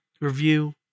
review